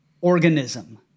organism